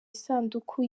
isanduku